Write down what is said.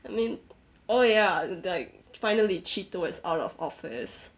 I mean oh ya like finally cheato is out of office